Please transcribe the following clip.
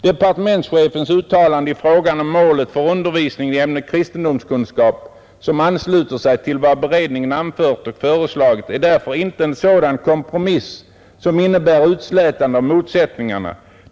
Departementschefens uttalande i fråga om målet för undervisningen i ämnet kristendomskunskap, som ansluter sig till vad beredningen anfört och föreslagit, är därför inte en sådan kompromiss som innebär utslätande av motsättningar.